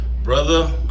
Brother